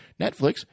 Netflix